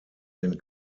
den